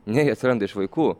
ne jie atsiranda iš vaikų